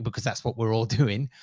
but cause that's what we're all doing.